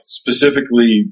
specifically